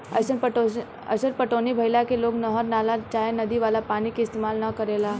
अईसन पटौनी भईला से लोग नहर, नाला चाहे नदी वाला पानी के इस्तेमाल न करेला